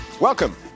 Welcome